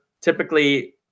typically